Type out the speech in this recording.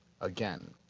again